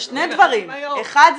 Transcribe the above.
זה שני דברים: אחד,